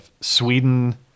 Sweden